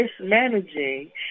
mismanaging